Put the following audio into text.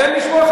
תן לשמוע.